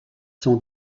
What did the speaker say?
sont